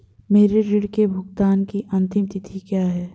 मेरे ऋण के भुगतान की अंतिम तिथि क्या है?